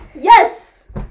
Yes